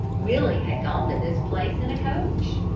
willie had gone to this place in a coach.